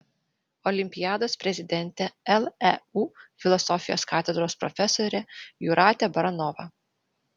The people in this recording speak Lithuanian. olimpiados prezidentė leu filosofijos katedros profesorė jūratė baranova